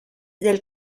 del